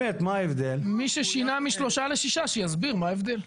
מי ששינה משלושה לשישה שיסביר מה ההבדל.